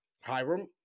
Hiram